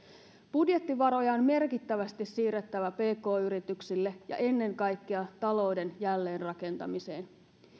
budjettivaroja on merkittävästi siirrettävä pk yrityksille ja ennen kaikkea talouden jälleenrakentamiseen